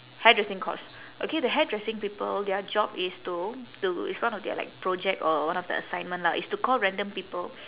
hairdressing course okay the hairdressing people their job is to to it's one of their like project or one of the assignment lah is to call random people